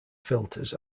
filters